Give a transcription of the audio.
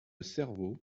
cerveau